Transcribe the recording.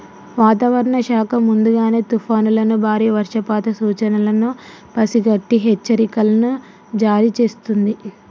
వాతావరణ శాఖ ముందుగానే తుఫానులను బారి వర్షపాత సూచనలను పసిగట్టి హెచ్చరికలను జారీ చేస్తుంది